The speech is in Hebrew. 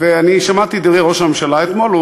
שמעתי את דברי ראש הממשלה אתמול.